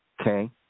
Okay